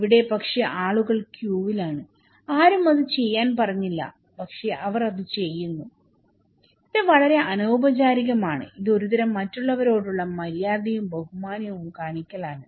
ഇവിടെ പക്ഷേ ആളുകൾ ക്യൂവിലാണ് ആരും അത് ചെയ്യാൻ പറഞ്ഞില്ല പക്ഷേ അവർ അത് ചെയ്യുന്നു ഇത് വളരെ അനൌപചാരികമാണ് ഇത് ഒരുതരം മറ്റുള്ളവരോടുള്ള മര്യാദയും ബഹുമാനവും കാണിക്കലാണ്